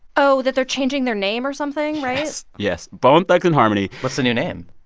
oh, that they're changing their name or something, right? yes, yes. bone thugs-n-harmony. what's the new name?